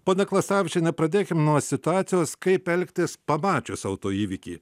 ponia klasavičiene pradėkim nuo situacijos kaip elgtis pamačius autoįvykį